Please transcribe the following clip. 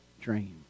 dream